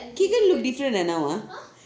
keegan look different eh now ah